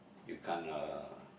you can't uh